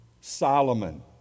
Solomon